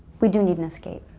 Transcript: we do need an escape.